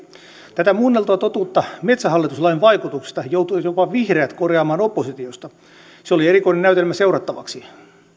tätä muunneltua totuutta metsähallitus lain vaikutuksista joutuivat jopa vihreät korjaamaan oppositiosta se oli erikoinen näytelmä seurattavaksi